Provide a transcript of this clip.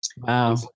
Wow